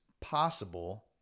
possible